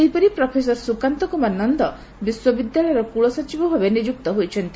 ସେହିପରି ପ୍ରଫେସର ସୁକାନ୍ତ କୁମାର ନନ ବିଶ୍ୱବିଦ୍ୟାଳୟର କୂଳସଚିବ ଭାବେ ନିଯୁକ୍ତ ହୋଇଛନ୍ତି